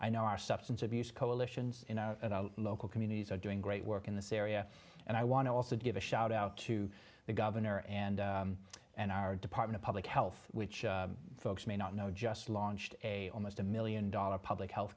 i know our substance abuse coalitions in a local communities are doing great work in this area and i want to also give a shout out to the governor and and our department of public health which folks may not know just launched a almost a million dollar public health